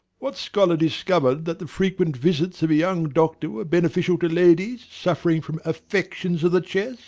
what scholar discovered that the frequent visits of a young doctor were beneficial to ladies suffering from affections of the chest?